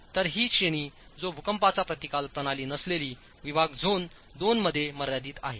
तर ही श्रेणी जो भूकंपाचा प्रतिकार प्रणालीनसलेलीविभाग झोन II मध्ये मर्यादित आहे